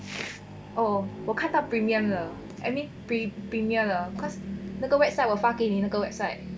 oh 我看到 premium 的 any pre~ premier the cause 那个 website 我发给你那个 website